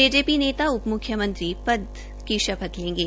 JJP नेता उप मुख्यमंत्री के पद के शपथ लेंगे